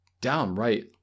downright